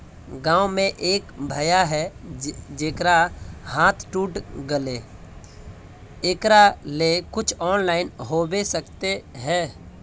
गाँव में एक भैया है जेकरा हाथ टूट गले एकरा ले कुछ ऑनलाइन होबे सकते है?